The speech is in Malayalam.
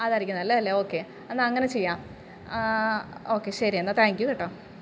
അതായിരിക്കും നല്ലതല്ലേ ഓക്കെ എന്നാല് അങ്ങനെ ചെയ്യാം ഓക്കെ ശരി എന്നാല് താങ്ക് യു കെട്ടോ